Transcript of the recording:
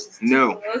No